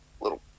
little